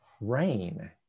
rain